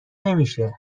نمیشه